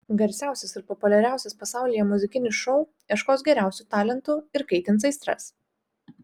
garsiausias ir populiariausias pasaulyje muzikinis šou ieškos geriausių talentų ir kaitins aistras